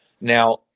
Now